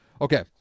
Okay